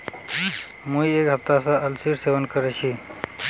मुई एक हफ्ता स अलसीर सेवन कर छि